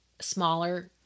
smaller